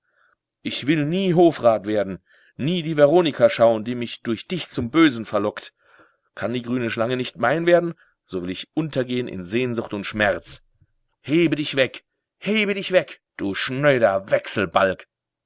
ich will nie hofrat werden nie die veronika schauen die mich durch dich zum bösen verlockt kann die grüne schlange nicht mein werden so will ich untergehen in sehnsucht und schmerz hebe dich weg hebe dich weg du schnöder wechselbalg